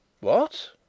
What